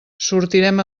sortirem